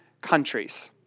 countries